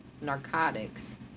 narcotics